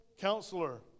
counselor